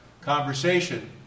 conversation